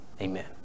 Amen